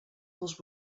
dels